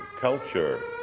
culture